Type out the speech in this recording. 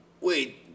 wait